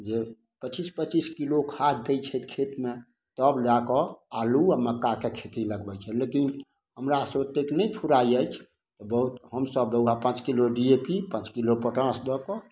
जे पचिस पचिस किलो खाद दै छथि खेतमे तब जाकऽ आलू आओर मक्काके खेती लगबै छथि लेकिन हमरा से ओतेक नहि फुराइत अछि बहुत तऽ हमसभ हौए पाँच किलो डी ए पी पाँच किलो पोटाश दऽ कऽ